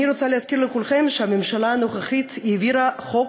אני רוצה להזכיר לכולכם שהממשלה הנוכחית העבירה חוק,